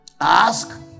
Ask